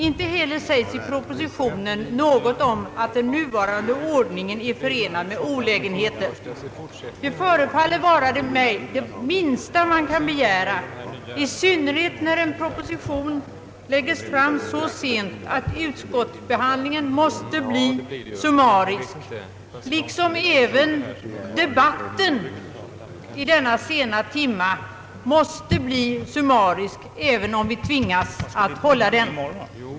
Inte heller sägs i propositionen något om att den nuvarande ordningen är förenad med olägenheter. Detta förefaller mig vara det minsta man kan begära — i synnerhet när en proposition framläggs så sent att utskottsbehandlingen måste bli summarisk, vilket också debatten i denna sena timme måste bli, även om vi tvingas att hålla den.